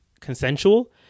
consensual